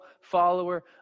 follower